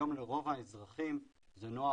היום לרוב האזרחים זה נוח,